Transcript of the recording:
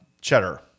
cheddar